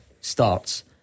starts